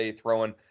throwing